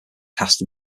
cast